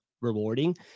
rewarding